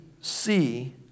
see